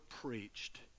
preached